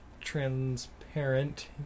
transparent